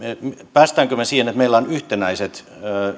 pääsemmekö me siihen että meillä on yhtenäiset